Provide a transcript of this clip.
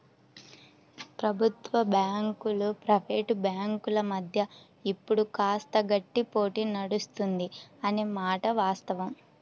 ప్రభుత్వ బ్యాంకులు ప్రైవేట్ బ్యాంకుల మధ్య ఇప్పుడు కాస్త గట్టి పోటీ నడుస్తుంది అనే మాట వాస్తవం